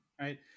Right